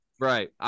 Right